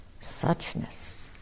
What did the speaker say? suchness